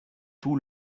tout